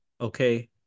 Okay